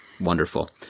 Wonderful